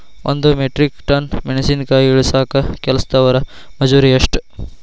ಒಂದ್ metric ton ಮೆಣಸಿನಕಾಯಿ ಇಳಸಾಕ್ ಕೆಲಸ್ದವರ ಮಜೂರಿ ಎಷ್ಟ?